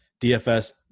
DFS